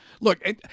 Look